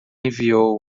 enviou